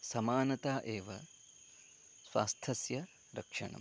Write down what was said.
समानता एव स्वास्थ्यस्य रक्षणम्